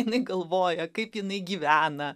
jinai galvoja kaip jinai gyvena